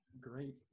Great